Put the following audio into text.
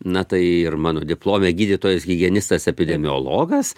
na tai ir mano diplome gydytojas higienistas epidemiologas